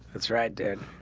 that's right dude.